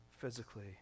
physically